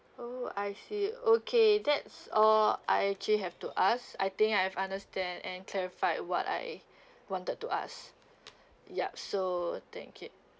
oh I see okay that's all I actually have to ask I think I have understand and clarified what I wanted to ask yup so thank you